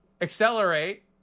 Accelerate